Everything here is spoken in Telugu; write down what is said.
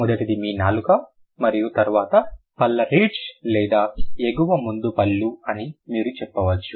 మొదటిది మీ నాలుక మరియు తర్వాత పళ్ళ రిడ్జ్ లేదా ఎగువ ముందు పళ్ళు అని మీరు చెప్పవచ్చు